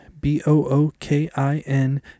B-O-O-K-I-N